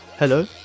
Hello